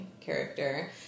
character